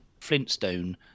Flintstone